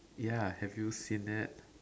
ya have you seen that